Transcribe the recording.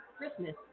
Christmas